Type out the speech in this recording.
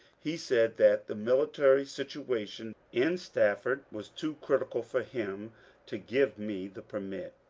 he said that the military situation in stafford was too critical for him to give me the permit.